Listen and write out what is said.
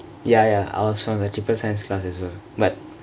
ya ya ours from the triple science class as well but